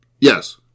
Yes